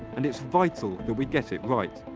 and it is vital that we get it right.